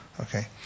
okay